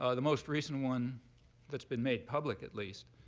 ah the most recent one that's been made public, at least,